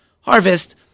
harvest